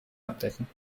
abdecken